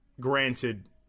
granted